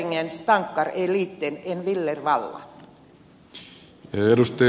regeringens tankar är en liten villervalla